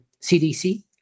CDC